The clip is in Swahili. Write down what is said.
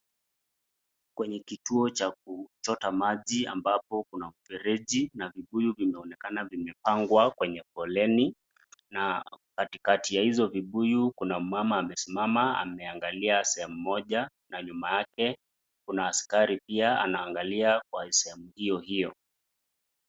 Kwenye kituo cha kuchota maji ambapo kuna mfereji na vibuyu vinaonekana vimepangwa kwenye foleni na katikati ya hizo vibuyu, kuna mama amesimama ameangalia sehemu moja na nyuma yake kuna askari pia anaangalia kwa sehemu hiyo hiyo.